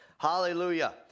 Hallelujah